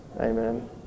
Amen